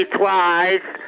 twice